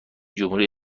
جمهوری